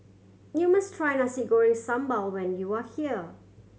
you must try Nasi Goreng Sambal when you are here